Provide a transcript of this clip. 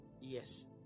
Yes